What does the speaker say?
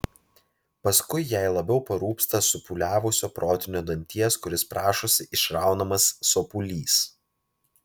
paskui jai labiau parūpsta supūliavusio protinio danties kuris prašosi išraunamas sopulys